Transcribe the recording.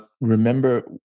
remember